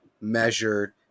measured